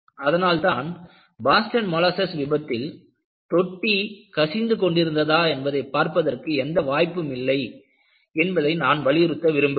அதனால்தான் Boston molasses விபத்தில்தொட்டி கசிந்து கொண்டிருக்கிறதா என்பதைப் பார்ப்பதற்கு எந்த வாய்ப்பும் இல்லை என்பதை நான் வலியுறுத்த விரும்புகிறேன்